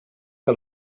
que